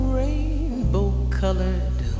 rainbow-colored